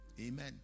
Amen